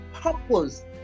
purpose